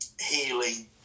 healing